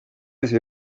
ese